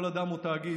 כל אדם או תאגיד,